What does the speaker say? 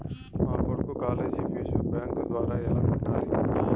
మా కొడుకు college fees bank ద్వారా ఎలా కట్టాలి?